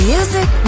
Music